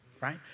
right